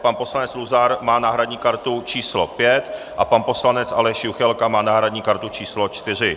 Pan poslanec Luzar má náhradní kartu číslo 5 a pan poslanec Aleš Juchelka má náhradní kartu číslo 4.